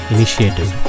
Initiative